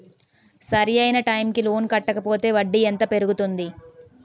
సరి అయినా టైం కి లోన్ కట్టకపోతే వడ్డీ ఎంత పెరుగుతుంది?